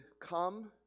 come